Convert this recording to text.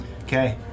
Okay